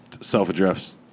self-addressed